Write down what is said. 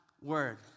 word